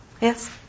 Yes